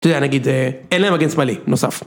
אתה יודע, נגיד, אין להם מגן שמאלי נוסף.